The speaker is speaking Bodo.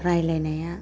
रायज्लायनाया